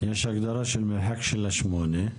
יש הגדרה של מרחק של ה- 8?